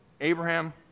Abraham